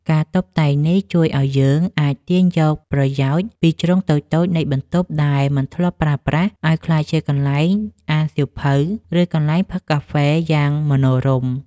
ការតុបតែងនេះជួយឱ្យយើងអាចទាញយកប្រយោជន៍ពីជ្រុងតូចៗនៃបន្ទប់ដែលមិនធ្លាប់ប្រើប្រាស់ ឱ្យក្លាយជាកន្លែងអានសៀវភៅ ឬកន្លែងផឹកកាហ្វេយ៉ាងមនោរម្យ។